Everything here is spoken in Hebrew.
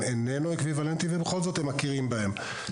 איננו אקוויוולנטי ובכל זאת מכירים בהם.